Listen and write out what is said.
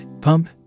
pump